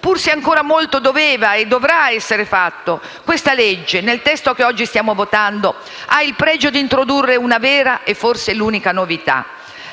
Pur se ancora molto doveva e dovrà essere fatto, questa legge, nel testo che oggi stiamo votando, ha il pregio di introdurre una vera e forse unica novità: